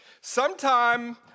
Sometime